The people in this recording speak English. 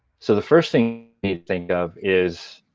so the first thing you think of is,